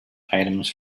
items